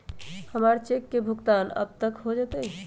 हमर चेक के भुगतान कब तक हो जतई